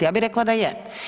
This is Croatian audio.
Ja bi rekla da je.